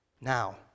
Now